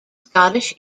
scottish